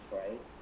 right